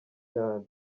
cyane